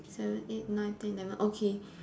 seven eight nine ten eleven okay